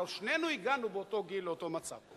הלוא שנינו הגענו באותו גיל לאותו מצב.